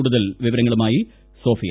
കൂടുതൽ വിവരങ്ങളുമായി സോഫിയ